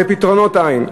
ופתרונות אין.